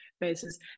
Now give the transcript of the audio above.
basis